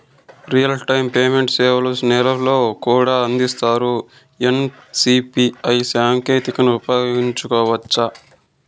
Real time payment సేవలు నేపాల్ లో కూడా అందిస్తారా? ఎన్.సి.పి.ఐ సాంకేతికతను ఉపయోగించుకోవచ్చా కోవచ్చా?